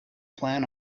plan